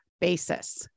basis